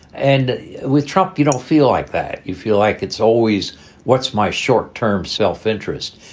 and with trump, you don't feel like that. you feel like it's always what's my short term self-interest?